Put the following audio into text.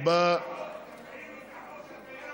תפעילו את החוק הקיים לפחות.